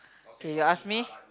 K you ask me